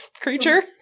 creature